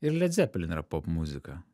ir led zepelin yra popmuzika